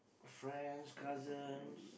friends cousins